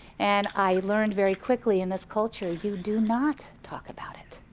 and i learned very quickly in this culture, you do not talk about it.